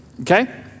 Okay